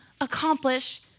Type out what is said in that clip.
accomplish